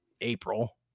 April